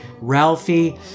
Ralphie